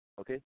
Okay